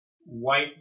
white